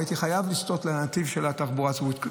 והייתי חייב לסטות לנתיב של התחבורה הציבורית.